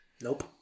Nope